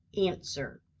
Answer